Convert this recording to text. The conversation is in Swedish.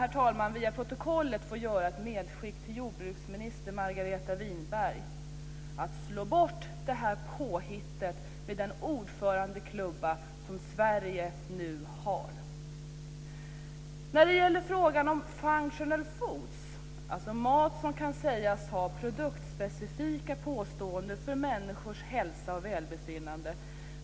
Låt mig även via protokollet få göra ett medskick till jordbruksminister Margareta Winberg: Slå bort påhittet med den ordförandeklubba som Sverige nu har! Functional food är mat som kan sägas ha effekter på människors hälsa och välbefinnande.